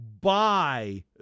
buy